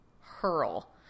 hurl